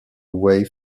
way